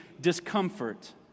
discomfort